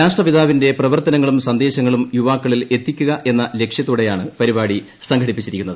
രാഷ്ട്രപിതാവിന്റെ പ്രവർത്തനങ്ങളും സന്ദേശങ്ങളും യുവാക്കളിൽ എത്തിക്കുക എന്ന് ലക്ഷ്യത്തോടെയാണ് പരിപാടി സംഘടിപ്പിച്ചിരി ക്കുന്നത്